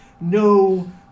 no